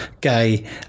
gay